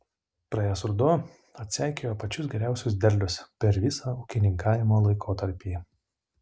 praėjęs ruduo atseikėjo pačius geriausius derlius per visą ūkininkavimo laikotarpį